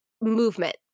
movement